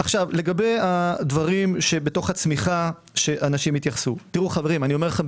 לגבי הדברים בתוך הצמיחה, בכנות אני אומר,